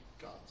God's